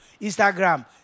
Instagram